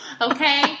Okay